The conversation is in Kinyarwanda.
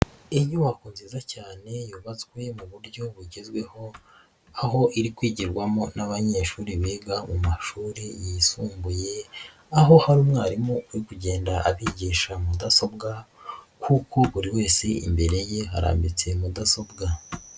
Inyubako nziza cyane yubatswe mu buryo bugezweho, aho iri kwigirwamo n'abanyeshuri biga mu mashuri yisumbuye, aho hari umwarimu uri kugenda abigisha mudasobwa kuko buri wese imbere ye harambitse mudasobwa.